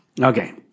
Okay